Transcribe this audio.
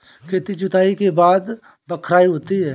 खेती की जुताई के बाद बख्राई होती हैं?